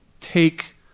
take